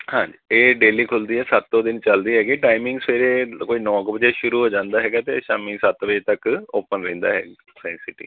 ਹਾਂਜੀ ਇਹ ਡੇਲੀ ਖੁੱਲ੍ਹਦੀ ਹੈ ਸੱਤੋ ਦਿਨ ਚੱਲਦੀ ਹੈਗੀ ਹੈ ਟਾਈਮਿੰਗ ਸਵੇਰੇ ਕੋਈ ਨੌਂ ਕੁ ਵਜੇ ਸ਼ੁਰੂ ਹੋ ਜਾਂਦਾ ਹੈਗਾ ਅਤੇ ਸ਼ਾਮ ਸੱਤ ਵਜੇ ਤੱਕ ਓਪਨ ਰਹਿੰਦਾ ਹੈ ਜੀ ਸਾਇੰਸ ਸਿਟੀ